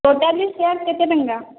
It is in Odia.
ଟୋଟାଲି ସେଟ୍ କେତେ ଟଙ୍କା